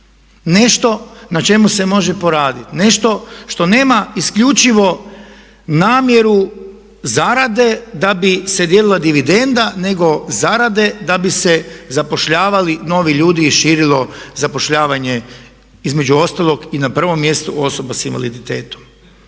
nešto na čemu se može poraditi, nešto što nema isključivo namjeru zarade da bi se dijelila dididenda, nego zarade da bi se zapošljavali novi ljudi i širilo zapošljavanje, između ostalog i na prvom mjestu osoba sa invaliditetom.